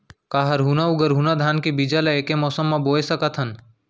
का हरहुना अऊ गरहुना धान के बीज ला ऐके मौसम मा बोए सकथन?